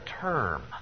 term